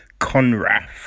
Conrath